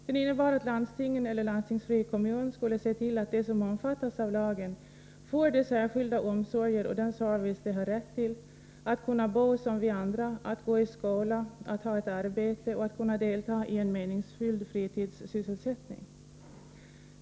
Den innebar att landstingen eller landstingsfri kommun skulle se till att de som omfattas av lagen får de särskilda omsorger och den service de har rätt till — att kunna bo som vi andra, att få gå i skola, att få ha ett arbete och att kunna delta i en meningsfylld fritidssysselsättning.